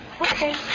Okay